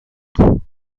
mam